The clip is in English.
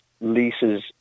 leases